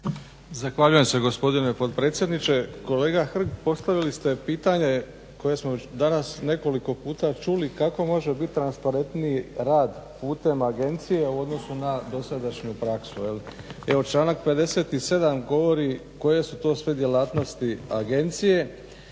Zahvaljujem se gospodine potpredsjedniče. Kolega Hrg postavili ste pitanje koje smo već danas nekoliko puta čuli, kako može biti transparentniji rad putem agencije u odnosu na dosadašnju praksu, jeli. Evo članak 57. govori koje su to sve djelatnosti agencije